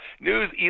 news